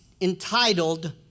entitled